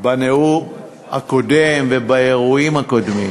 בנאום הקודם ובאירועים הקודמים.